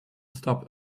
stop